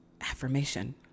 affirmation